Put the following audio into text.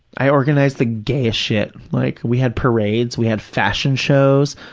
i organized the gayest shit. like, we had parades. we had fashion shows.